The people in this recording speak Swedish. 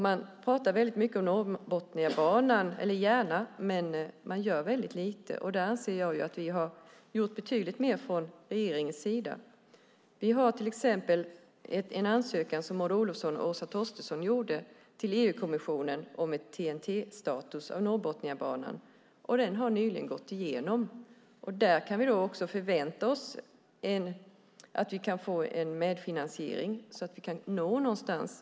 Man talar gärna om Norrbotniabanan, men man gör väldigt lite. Där anser jag att regeringen har gjort betydligt mer. Vi har till exempel en ansökan som Maud Olofsson och Åsa Torstensson gjorde till EU-kommissionen om TEN-T-status för Norrbotniabanan. Den har nyligen gått igenom. Där kan vi förvänta oss en medfinansiering så att vi kan nå någonstans.